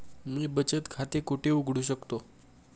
मी बचत खाते कुठे उघडू शकतो?